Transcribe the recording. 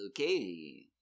Okay